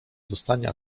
dostanie